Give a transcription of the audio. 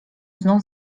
znów